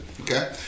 Okay